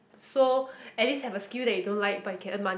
so at least have a skill that you don't like but you can earn money